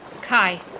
Kai